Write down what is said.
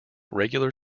regular